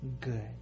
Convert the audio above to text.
good